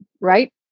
right